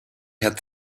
had